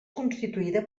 constituïda